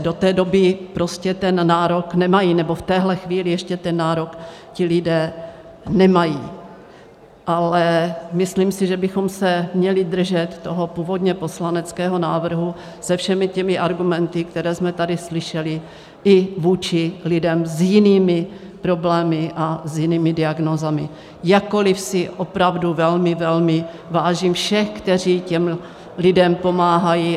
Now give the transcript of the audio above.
Do té doby prostě ten nárok nemají nebo v tuto chvíli ještě ten nárok ti lidé nemají, ale myslím si, že bychom se měli držet toho původně poslaneckého návrhu se všemi argumenty, které jsme tady slyšeli, i vůči lidem s jinými problémy a s jinými diagnózami, jakkoliv si opravdu velmi vážím všech, kteří těm lidem pomáhají.